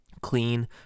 Clean